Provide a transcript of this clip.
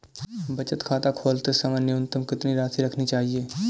बचत खाता खोलते समय न्यूनतम कितनी राशि रखनी चाहिए?